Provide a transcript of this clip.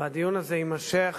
והדיון הזה יימשך